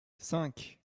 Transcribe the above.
cinq